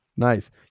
nice